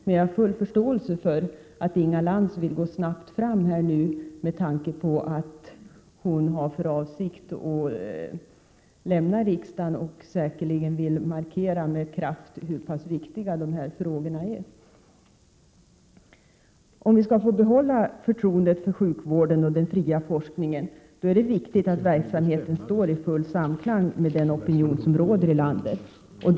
Men jag har full förståelse för att Inga Lantz vill gå snabbt fram här, med tanke på att hon har för avsikt att lämna riksdagen och säkerligen vill markera med kraft hur viktiga de här frågorna är. Om vi skall behålla förtroendet för sjukvården och den fria forskningen, är det viktigt att verksamheten står i full samklang med den opinion som råder i landet.